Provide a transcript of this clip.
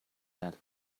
that